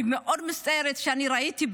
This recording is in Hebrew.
אני מאוד מצטערת שאני ראיתי,